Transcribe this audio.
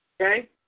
Okay